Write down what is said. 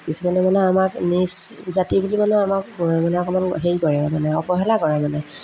কিছুমানে মানে আমাক নিজ জাতি বুলি মানে আমাক মানে অকণমান হেৰি কৰে আৰু মানে অৱহেলা কৰে মানে